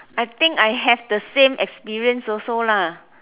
I think I have the same experience also lah